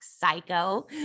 psycho